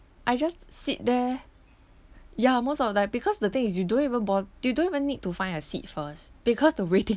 I just sit there ya most of time because the thing is you don't even bo~ you don't even need to find a seat first because the waiting